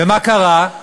ומה קרה?